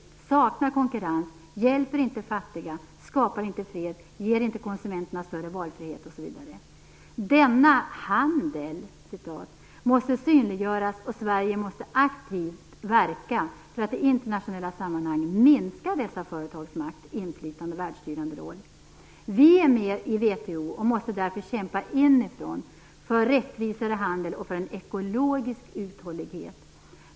Vidare saknar den konkurrens, hjälper inte fattiga, skapar inte fler arbeten, ger inte konsumenterna större valfrihet osv. Denna "handel" måste synliggöras, och Sverige måste aktivt verka för att i internationella sammanhang minska dessa företags makt, inflytande och världsstyrande roll. Sverige är med i VHO. Vi måste därför kämpa inifrån för en rättvisare handel och för ekologisk uthållighet.